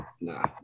nah